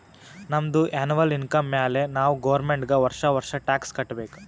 ನಮ್ದು ಎನ್ನವಲ್ ಇನ್ಕಮ್ ಮ್ಯಾಲೆ ನಾವ್ ಗೌರ್ಮೆಂಟ್ಗ್ ವರ್ಷಾ ವರ್ಷಾ ಟ್ಯಾಕ್ಸ್ ಕಟ್ಟಬೇಕ್